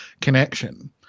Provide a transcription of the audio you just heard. connection